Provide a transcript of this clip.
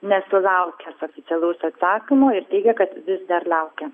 nesulaukęs oficialaus atsakymo ir teigė kad vis dar laukia